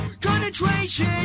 Concentration